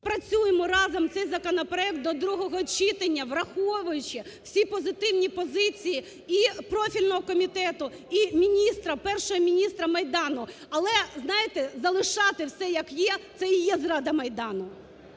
Допрацюємо разом цей законопроект до другого читання, враховуючи всі позитивні позиції і профільного комітету, і міністра, першого міністра Майдану. Але, знаєте, залишати все, як є, це і є зрада Майдану.